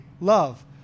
love